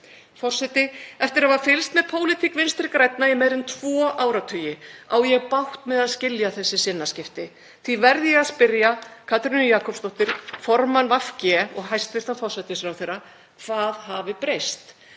Forseti. Eftir að hafa fylgst með pólitík Vinstri grænna í meira en tvo áratugi á ég bágt með að skilja þessi sinnaskipti. Því verð ég að spyrja Katrínu Jakobsdóttur, formann VG og hæstv. forsætisráðherra, hvað hafi breyst.